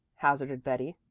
hazarded betty.